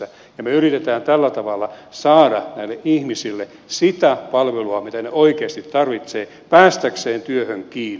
me yritämme tällä tavalla saada näille ihmisille sitä palvelua mitä he oikeasti tarvitsevat päästäkseen työhön kiinni